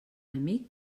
amic